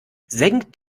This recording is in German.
senkt